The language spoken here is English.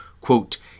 quote